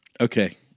Okay